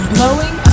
Blowing